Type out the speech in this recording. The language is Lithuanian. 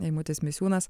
eimutis misiūnas